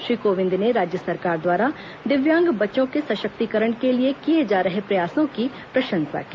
श्री कोविंद ने राज्य सरकार द्वारा दिव्यांग बच्चों के सशक्तिकरण के लिए किए जा रहे प्रयासों की प्रशंसा की